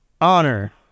Honor